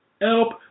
help